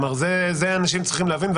את זה אנשים צריכים להבין,